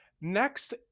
Next